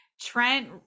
Trent